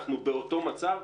אנחנו באותו מצב.